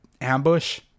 ambush